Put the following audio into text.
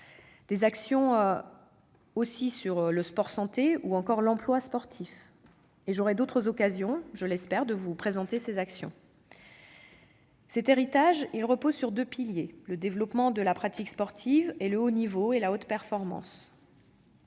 aquatique ; le sport-santé ; l'emploi sportif. J'aurai d'autres occasions de vous présenter ces actions. Cet héritage repose sur deux piliers : le développement de la pratique sportive ; le haut niveau et la haute performance.